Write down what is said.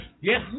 Yes